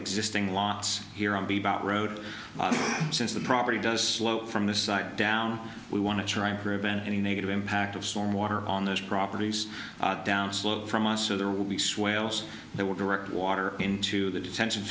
existing lots here on be about road since the property does from this side down we want to try and prevent any negative impact of storm water on those properties downslope from us so there will be swales there were direct water into the detention